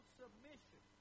submission